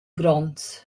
gronds